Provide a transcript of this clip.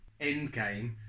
Endgame